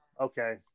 okay